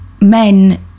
men